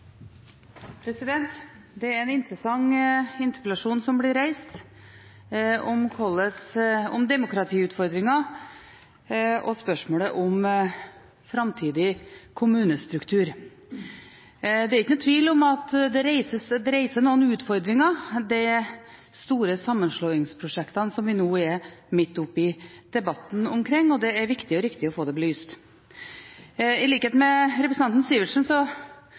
Det er en interessant interpellasjon som blir reist: om demokratiutfordringen og spørsmålet om framtidig kommunestruktur. Det er ikke noen tvil om at de store sammenslåingsprosjektene som vi nå er midt oppe i debatten om, reiser noen utfordringer, og det er viktig og riktig å få det belyst. I likhet med representanten Sivertsen